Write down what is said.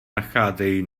nacházejí